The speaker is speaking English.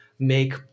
Make